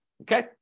okay